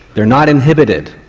they're not inhibited,